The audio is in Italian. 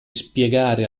spiegare